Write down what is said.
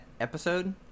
episode